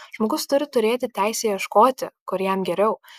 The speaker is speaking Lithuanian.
žmogus turi turėti teisę ieškoti kur jam geriau